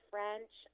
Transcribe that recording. French